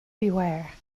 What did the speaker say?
beware